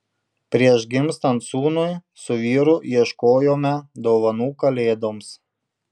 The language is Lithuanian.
prieš gimstant sūnui su vyru ieškojome dovanų kalėdoms